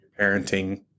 parenting